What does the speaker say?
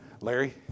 Larry